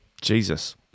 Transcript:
Jesus